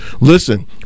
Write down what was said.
listen